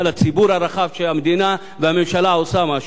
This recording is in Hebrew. לציבור הרחב שהמדינה והממשלה עושות משהו.